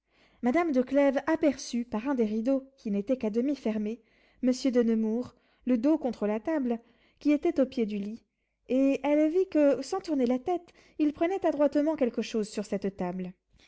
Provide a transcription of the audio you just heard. madame de clèves aperçut par un des rideaux qui n'était qu'à demi fermé monsieur de nemours le dos contre la table qui était au pied du lit et elle vit que sans tourner la tête il prenait adroitement quelque chose sur cette table